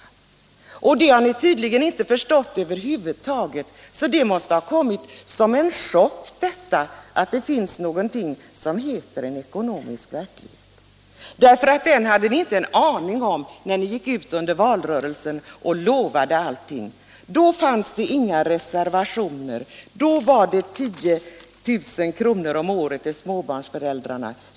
Och 17 maj 1977 det har ni tydligen inte förstått över huvud taget, så det måste ha kommit — som en chock för er att det fanns något som heter en ekonomisk verk = Föräldraförsäkringlighet. Den hade ni inte en aning om när ni gick ut under valrörelsen — en, m.m. och lovade allt. Då fanns det inga reservationer. Då utlovades 10 000 kr. om året till småbarnsföräldrarna.